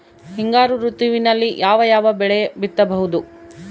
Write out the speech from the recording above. ಹಿಂಗಾರು ಋತುವಿನಲ್ಲಿ ಯಾವ ಯಾವ ಬೆಳೆ ಬಿತ್ತಬಹುದು?